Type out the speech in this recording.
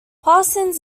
parsons